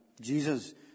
Jesus